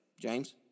James